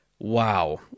Wow